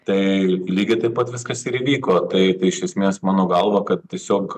tai lygiai taip pat viskas ir įvyko tai tai iš esmės mano galva kad tiesiog